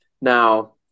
now